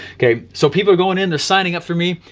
okay, so people going into signing up for me.